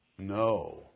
No